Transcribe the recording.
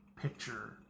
picture